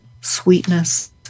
sweetness